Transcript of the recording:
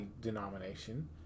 denomination